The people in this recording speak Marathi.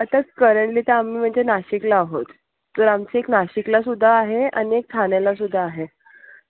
आताच करंटली तर आम्ही म्हणजे नाशिकला आहोत तर आमची एक नाशिकला सुद्धा आहे आणि एक ठाण्याला सुद्धा आहे